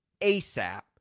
ASAP